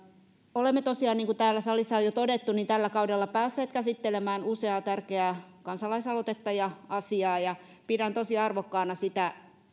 olemme tosiaan niin kuin täällä salissa on jo todettu tällä kaudella päässeet käsittelemään useaa tärkeää kansalaisaloitetta ja asiaa ja pidän tosi arvokkaana sitä